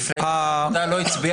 לא רק לפעמים.